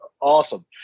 awesome